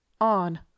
on